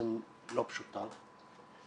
אלכוהוליזם לא פשוטה.